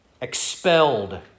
expelled